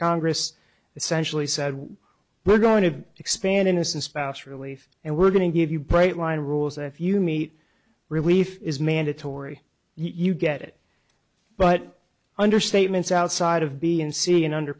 congress essentially said we're going to expand innocent spouse relief and we're going to give you bright line rules if you meet relief is mandatory you get it but under statements outside of b and c and under